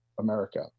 America